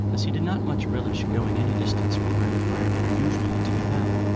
as he did not much relish going any distance from where the firemen are usually to be found,